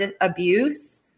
abuse